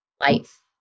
life